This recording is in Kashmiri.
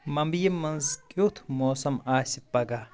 ممبیہِ منٛز کِیُتھ موسم آسِہ پگہہ؟